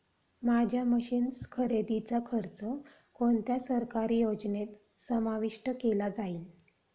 माझ्या मशीन्स खरेदीचा खर्च कोणत्या सरकारी योजनेत समाविष्ट केला जाईल?